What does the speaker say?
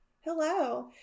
Hello